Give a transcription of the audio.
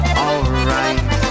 alright